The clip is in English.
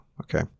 okay